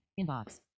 inbox